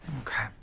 Okay